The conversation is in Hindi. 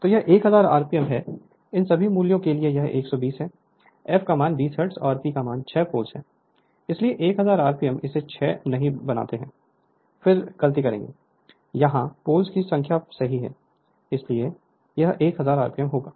तो यह 1000 rpm है इन सभी मूल्यों के लिए यह 120 है f 50 हर्ट्ज और P 6 पोल्स है इसलिए 1000 rpm इसे p नहीं बनाते हैं फिर गलती करेंगे यहां पोल्स की संख्या सही है इसलिए यह1000 rpm होगा